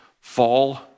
fall